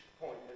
point